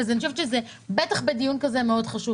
ובדיון כזה,